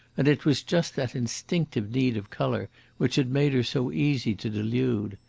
and it was just that instinctive need of colour which had made her so easy to delude.